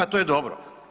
To je dobro.